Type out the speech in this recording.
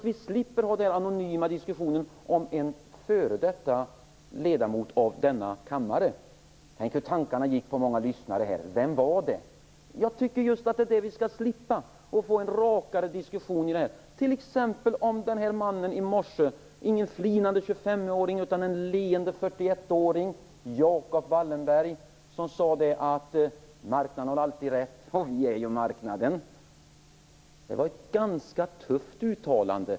Då slipper vi ha den här anonyma diskussionen om en f.d ledamot av denna kammare. Tänk hur tankarna gick på många lyssnare här! Vem var det? Jag tycker att vi skall slippa detta och få en rakare diskussion t.ex. om mannen i morse. Det var ingen flinande 25-åring utan en leende 41-åring, nämligen Jacob Wallenberg, som sade: Marknaden har alltid rätt, och vi är ju marknaden. Det var ett ganska tufft uttalande.